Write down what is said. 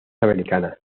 americanas